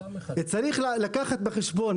צריך לקחת בחשבון,